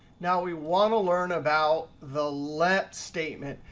now we want to learn about the let statement.